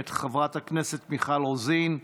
מאת חברת הכנסת מיכל רוזין,